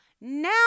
now